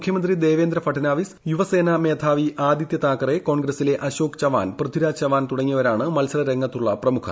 മുഖ്യമന്ത്രി ദേവേന്ദ്ര ഫഡ്നീപ്പിസ് യുവസേനാ മേധാവി ആദിത്യ താക്കറെ കോൺഗ്രസ്സിലെ അ്ശോക് ചവാൻ പൃഥിരാജ് ചവാൻ തുടങ്ങിയവരാണ് മത്സരരംഗത്തൂളിള പ്ര്മുഖർ